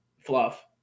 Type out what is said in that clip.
Fluff